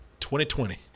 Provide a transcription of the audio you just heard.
2020